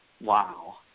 wow